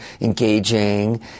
engaging